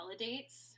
validates